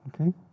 okay